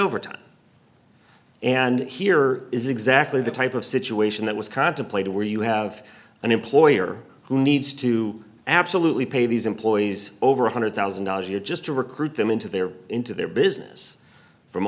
overtime and here is exactly the type of situation that was contemplated where you have an employer who needs to absolutely pay these employees over one hundred thousand dollars a year just to recruit them into their into their business from